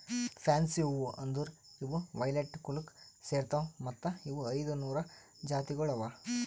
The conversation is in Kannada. ಫ್ಯಾನ್ಸಿ ಹೂವು ಅಂದುರ್ ಇವು ವೈಲೆಟ್ ಕುಲಕ್ ಸೇರ್ತಾವ್ ಮತ್ತ ಇವು ಐದ ನೂರು ಜಾತಿಗೊಳ್ ಅವಾ